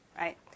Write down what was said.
right